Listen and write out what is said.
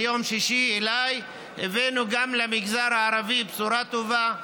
מיום שישי הבאנו גם למגזר הערבי בשורה טובה.